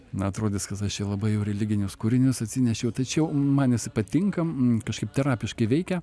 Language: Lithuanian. na atrodys kad aš čia labai jau religinius kūrinius atsinešiau tačiau man jisai patinka kažkaip terapiškai veikia